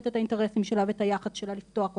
את האינטרסים ואת היחס שלה לפתוח אותו,